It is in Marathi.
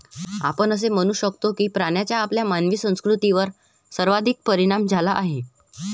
आपण असे म्हणू शकतो की पाण्याचा आपल्या मानवी संस्कृतीवर सर्वाधिक परिणाम झाला आहे